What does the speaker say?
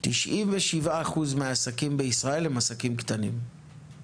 97% מהעסקים בישראל הם עסקים קטנים;